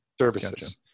services